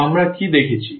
তো আমরা কি দেখেছি